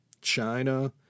China